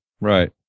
right